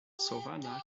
savona